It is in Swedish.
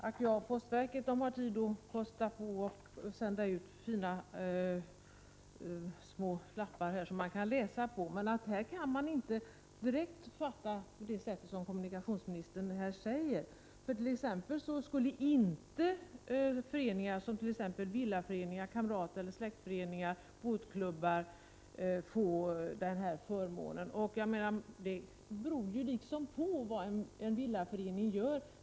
Fru talman! Ack ja, postverket har tid att kosta på sig att sända ut fina små lappar som man kan läsa, men av dessa framgår inte direkt att det förhåller sig på det sättet som kommunikationsministern säger. Så t.ex. skulle inte villaföreningar, kamrateller släktföreningar och båtklubbar få denna förmån. Men graden av idealitet bestäms ju av vad en villaförening gör.